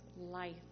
life